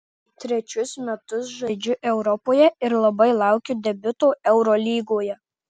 trečius metus žaidžiu europoje ir labai laukiu debiuto eurolygoje